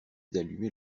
d’allumer